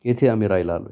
येथे आम्ही राहायला आलो